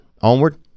Onward